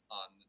on